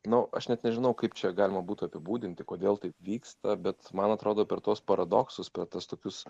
nu aš net nežinau kaip čia galima būtų apibūdinti kodėl taip vyksta bet man atrodo per tuos paradoksus per tas tokius